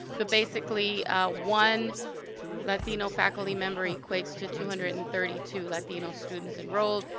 but basically one latino faculty member equates to two hundred and thirty two latino students enrolled,